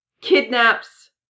kidnaps